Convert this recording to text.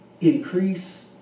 increase